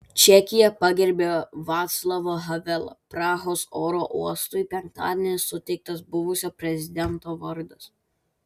čekija pagerbia vaclavą havelą prahos oro uostui penktadienį suteiktas buvusio prezidento vardas